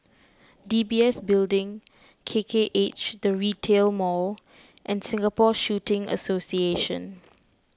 D B S Building K K H the Retail Mall and Singapore Shooting Association